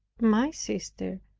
my sister,